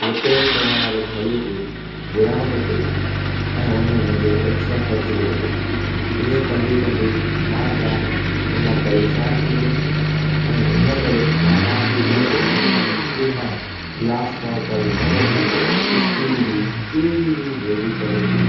repair करण वारे भाई खे घुराइणो थो पए ऐं हुनमें मुंहिंजो एक्स्ट्रा ख़र्चु पोइ लॻे ईअं कंदे कंदे मां जाम ऐं मां परेशान थी वियुमि ऐं इन करे मां तव्हां खे इहो सजेशन कंदुमि कि तव्हां ग्लास टॉप वारी न वठी स्टील जी कहिड़ी बि हैवी क्वालिटी